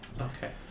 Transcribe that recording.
Okay